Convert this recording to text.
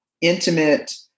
intimate